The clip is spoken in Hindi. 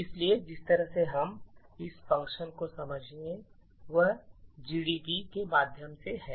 इसलिए जिस तरह से हम इस फ़ंक्शन को समझेंगे वह GDB के माध्यम से है